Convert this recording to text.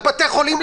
על בתי חולים?